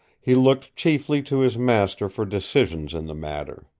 he looked chiefly to his master for decisions in the matter.